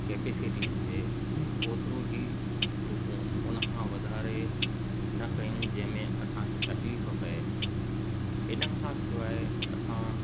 capacity हुजे ओतिरो ई डुकूं उन खां वधारे न कयूं जंहिंमें असांखे तकलीफ़ु पए इन खां सवाइ असां